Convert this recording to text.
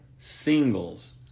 singles